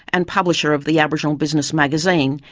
and publisher of the aboriginal business magazine,